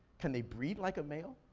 can they breed like a male?